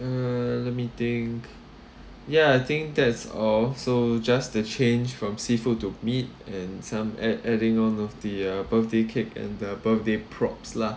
uh let me think ya I think that's all so just the change from seafood to meat and some add adding all of the uh birthday cake and the birthday props lah